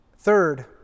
Third